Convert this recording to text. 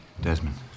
Desmond